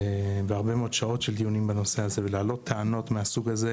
ומעלים טענות מהסוג הזה,